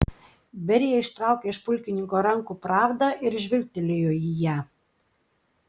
berija ištraukė iš pulkininko rankų pravdą ir žvilgtelėjo į ją